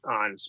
on